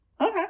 Okay